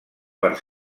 per